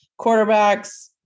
quarterbacks